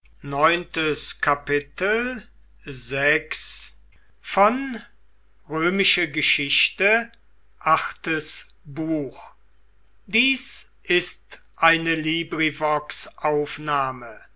sind ist eine